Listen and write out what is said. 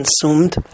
consumed